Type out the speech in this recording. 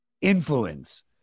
influence